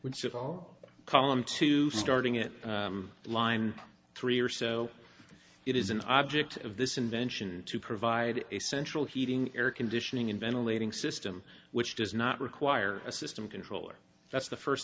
all column to starting it line three or so it is an object of this invention to provide a central heating air conditioning in ventilating system which does not require a system controller that's the first